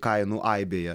kainų aibėje